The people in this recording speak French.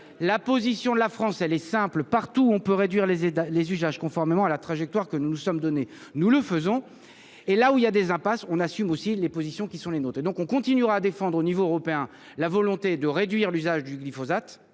La position de la France est simple : partout où l’on peut réduire les usages, conformément à la trajectoire que nous nous sommes donnée, nous le faisons ; et là où il y a des impasses, nous assumons aussi les positions qui sont les nôtres. Nous continuerons donc à défendre au niveau européen la volonté de réduire l’usage du glyphosate